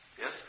Yes